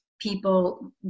people